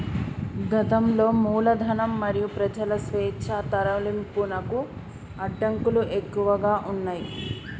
గతంలో మూలధనం మరియు ప్రజల స్వేచ్ఛా తరలింపునకు అడ్డంకులు ఎక్కువగా ఉన్నయ్